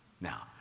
Now